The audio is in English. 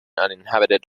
uninhabited